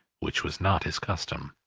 which was not his custom.